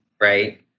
right